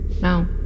No